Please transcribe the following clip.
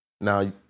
Now